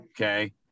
Okay